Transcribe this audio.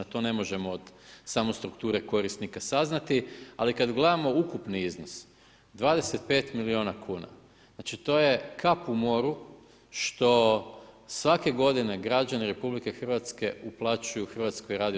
To ne možemo od same strukture korisnika saznati, ali kada gledamo ukupni iznos, 25 milijuna kuna, znači to je kap u moru, što svake godine građani RH uplaćuju HRT.